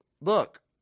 look